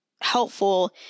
helpful